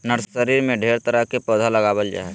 nursery में ढेर तरह के पौधा लगाबल जा हइ